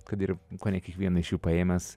kad ir kone kiekvieną iš jų paėmęs